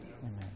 Amen